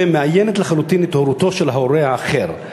מאיינת לחלוטין את הורותו של ההורה האחר,